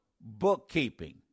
bookkeeping